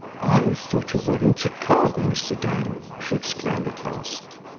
i thought you were in chicago, mr. dane! she exclaimed at last.